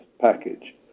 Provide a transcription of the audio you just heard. package